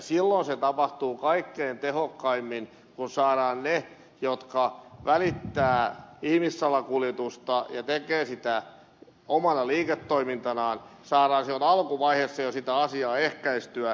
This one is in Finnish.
silloin se tapahtuu kaikkein tehokkaimmin kun saadaan niiden toimintaa jotka välittävät ihmissalakuljetusta ja tekevät sitä omana liiketoimintanaan jo alkuvaiheessa ehkäistyä